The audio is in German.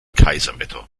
kaiserwetter